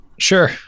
Sure